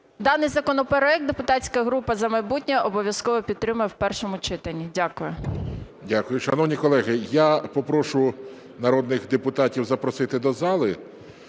Даний законопроект депутатська група "За майбутнє" обов'язково підтримає в першому читанні. Дякую. ГОЛОВУЮЧИЙ. Дякую. Шановні колеги, я попрошу народних депутатів запросити до зали.